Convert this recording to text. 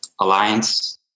alliance